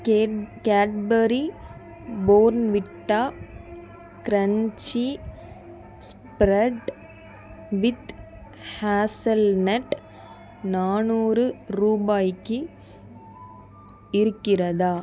gate Cadbury Bournvita crunchy spread with hazelnut நானூறு ரூபாய்க்கு இருக்கிறதா